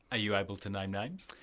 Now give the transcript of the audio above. you able to name names?